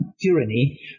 tyranny